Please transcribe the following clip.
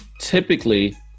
typically